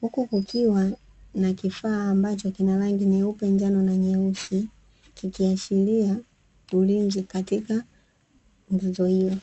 huku kukiwa na kifaa ambacho kina rangi nyeupe, njano na nyeusi, kikiashiria ulinzi katika nguzo hiyo.